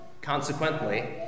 Consequently